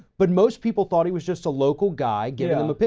but most people thought he was just a local guy giving them a.